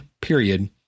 period